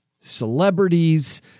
celebrities